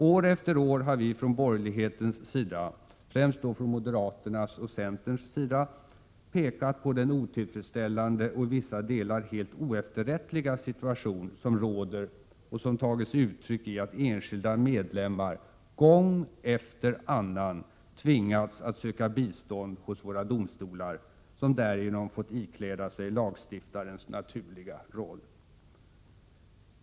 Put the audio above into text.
År efter år har vi från borgerlighetens sida — främst då från moderaternas och centerns sida — pekat på den otillfredsställande och i vissa delar helt oefterrättliga situation som råder och som tagit sig uttryck i att enskilda medlemmar gång efter annan tvingats att söka bistånd hos våra domstolar, som därigenom fått ikläda sig lagstiftarens naturliga roll.